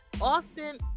often